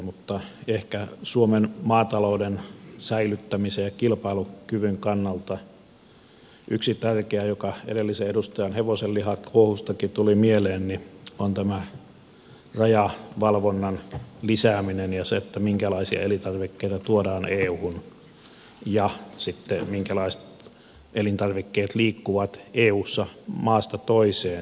mutta ehkä suomen maatalouden säilyttämisen ja kilpailukyvyn kannalta yksi tärkeä joka edellisen edustajan hevosenlihakohustakin tuli mieleen on tämä rajavalvonnan lisääminen ja se minkälaisia elintarvikkeita tuodaan euhun ja sitten minkälaiset elintarvikkeet liikkuvat eussa maasta toiseen